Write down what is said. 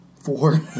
Four